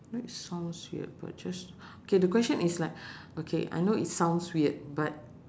that sounds weird but just okay the question is like okay I know it sounds weird but